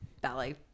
ballet